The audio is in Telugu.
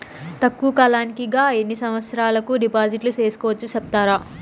తక్కువ కాలానికి గా ఎన్ని సంవత్సరాల కు డిపాజిట్లు సేసుకోవచ్చు సెప్తారా